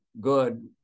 good